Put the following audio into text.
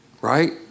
Right